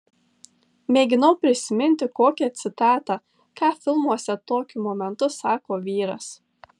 mėginau prisiminti kokią citatą ką filmuose tokiu momentu sako vyras